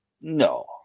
No